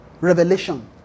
Revelation